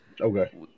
Okay